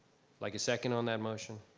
like a second on that motion.